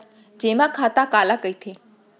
जेमा खाता काला कहिथे?